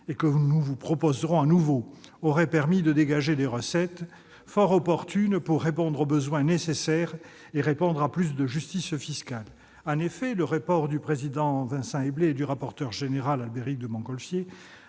et que nous vous proposerons de nouveau, aurait permis de dégager des recettes fort opportunément pour répondre aux besoins et à la demande de plus de justice fiscale. Oui ! C'est sûr ! En effet, le rapport du président Vincent Éblé et du rapporteur général Albéric de Montgolfier